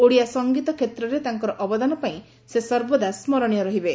ଓଡ଼ିଆ ସଙ୍ଗୀତ କ୍ଷେତ୍ରରେ ତାଙ୍କର ଅବଦାନ ପାଇଁ ସେ ସର୍ବଦା ସ୍କରଣୀୟ ରହିବେ